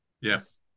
Yes